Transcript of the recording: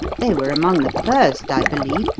they were among the first, i believe,